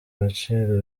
gaciro